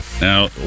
Now